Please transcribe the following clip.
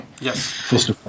Yes